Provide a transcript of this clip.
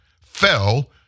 fell